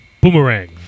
Boomerang